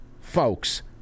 folks